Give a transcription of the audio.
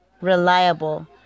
reliable